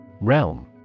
Realm